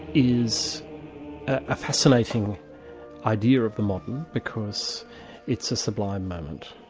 is a fascinating idea of the modern, because it's a sublime moment.